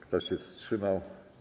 Kto się wstrzymał?